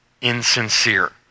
insincere